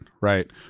right